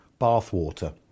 bathwater